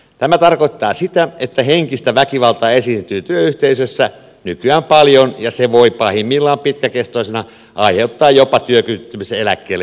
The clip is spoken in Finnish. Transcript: tämä tarkoittaa sitä että henkistä väkivaltaa esiintyy työyhteisöissä nykyään paljon ja se voi pahimmillaan pitkäkestoisena aiheuttaa jopa työkyvyttömyyseläkkeelle joutumista